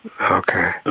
Okay